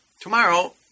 Tomorrow